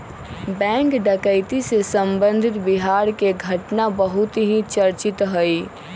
bank डकैती से संबंधित बिहार के घटना बहुत ही चर्चित हई